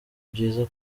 byiza